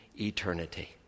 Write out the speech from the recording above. eternity